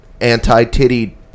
anti-titty